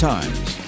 Times